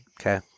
Okay